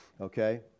Okay